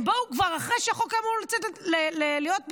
הם באו כבר אחרי שהחוק היה אמור לצאת ולהיות בתוקף,